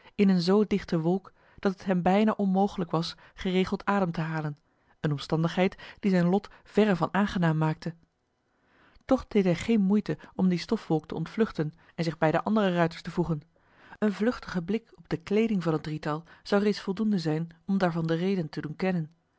in eene zoo dichte wolk dat het hem bijna onmogelijk was geregeld adem te halen eene omstandigheid die zijn lot verre van aangenaam maakte toch deed hij geen moeite om die stofwolk te ontvluchten en zich bij de andere ruiters te voegen een vluchtige blik op de kleeding van het drietal zou reeds voldoende zijn om daarvan de reden te doen kennen